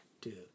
dude